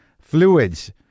Fluids